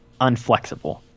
unflexible